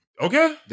Okay